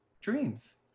dreams